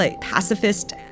pacifist